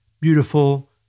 beautiful